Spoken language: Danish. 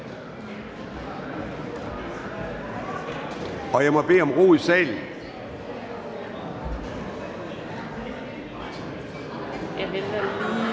Jeg må bede om ro i salen.